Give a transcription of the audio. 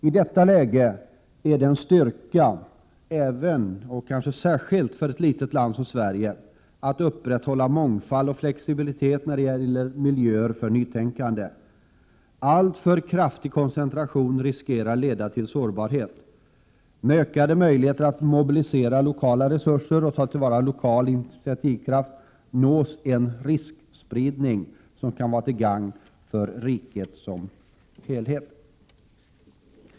I detta läge är det en styrka, även för ett litet land som Sverige, att upprätthålla mångfald och flexibilitet i vad gäller miljöer för nytänkande. Alltför kraftig koncentration riskerar att leda till sårbarhet. Med ökade möjligheter att mobilisera lokala resurser och ta till vara lokal initiativkraft nås en ”riskspridning”, som kan vara till gagn för riket som helhet.